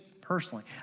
personally